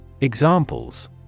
Examples